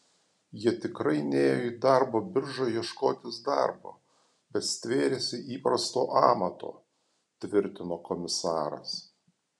jie tikrai nėjo į darbo biržą ieškotis darbo bet stvėrėsi įprasto amato tvirtino komisaras